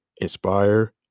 Inspire